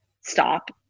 stop